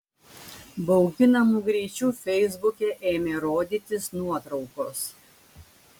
bauginamu greičiu feisbuke ėmė rodytis nuotraukos